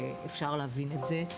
ואפשר להבין את זה.